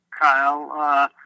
Kyle